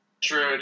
True